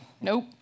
nope